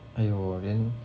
!aiyo! then